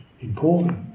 important